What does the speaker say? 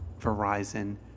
Verizon